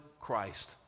Christ